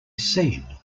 seen